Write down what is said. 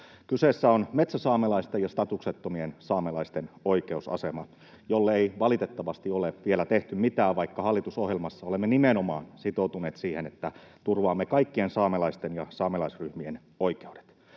Kyseessä on metsäsaamelaisten ja statuksettomien saamelaisten oikeusasema, jolle ei valitettavasti ole vielä tehty mitään, vaikka hallitusohjelmassa olemme nimenomaan sitoutuneet siihen, että turvaamme kaikkien saamelaisten ja saamelaisryhmien oikeudet.